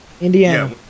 Indiana